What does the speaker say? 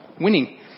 winning